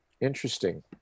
Interesting